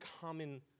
common